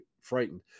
frightened